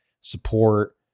support